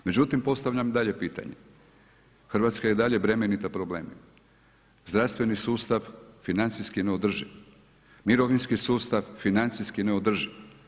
Međutim, postavljam dalje pitanje, Hrvatska je i dalje bremenita problemima, zdravstveni sustav financijski je neodrživ, mirovinski sustav financijski neodrživ.